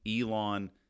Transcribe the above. Elon